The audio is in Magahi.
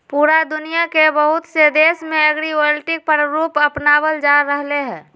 पूरा दुनिया के बहुत से देश में एग्रिवोल्टिक प्रारूप अपनावल जा रहले है